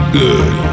good